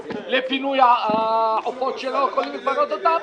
לפינוי העופות שלא יכולים לפנות אותם?